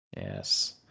Yes